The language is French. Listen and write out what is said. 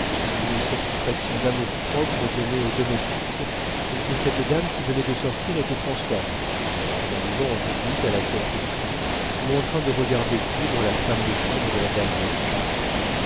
une satisfaction d'amour-propre donnée aux domestiques et que cette dame qui venait de sortir était françoise probablement en visite à la caféterie ou en train de regarder coudre la femme de chambre de la